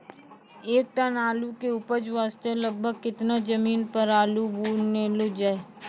एक टन आलू के उपज वास्ते लगभग केतना जमीन पर आलू बुनलो जाय?